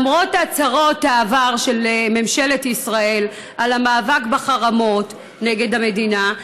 למרות הצהרות העבר של ממשלת ישראל על המאבק בחרמות נגד המדינה,